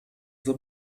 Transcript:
the